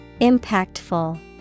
Impactful